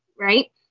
right